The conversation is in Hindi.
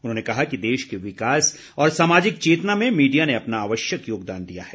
उन्होंने कहा कि देश के विकास और सामाजिक चेतना में मीडिया ने अपना आवश्यक योगदान दिया है